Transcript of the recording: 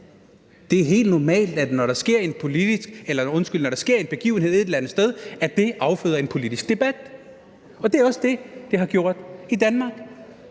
Det er helt normalt, når der sker en begivenhed et eller andet sted, at det afføder en politisk debat, og det er også det, som det har gjort i Danmark.